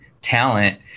talent